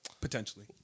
potentially